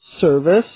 service